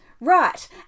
right